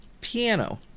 Piano